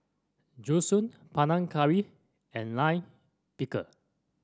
Zosui Panang Curry and Lime Pickle